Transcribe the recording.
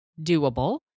doable